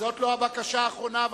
זאת לא הבקשה האחרונה,